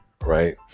right